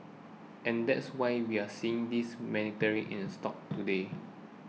and that's why we're seeing this meandering in stocks today